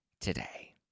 today